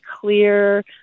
clear